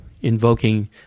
invoking